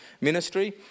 ministry